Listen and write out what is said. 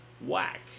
Whack